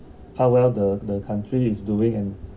how well the the country is doing and